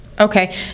Okay